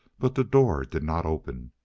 but the door did not open.